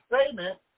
statement